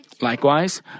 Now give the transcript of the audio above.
Likewise